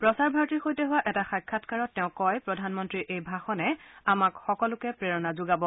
প্ৰসাৰ ভাৰতীৰ হোৱা এটা সাক্ষাৎকাৰত তেওঁ কয় প্ৰধানমন্ত্ৰীৰ এই ভাষণে আমাক সকলোকে প্ৰেৰণা যোগাব